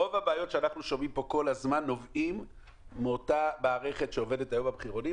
רוב הבעיות שאנחנו שומעים פה כל הזמן נובעות מאותה מערכת של מחירונים.